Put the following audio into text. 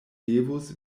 devus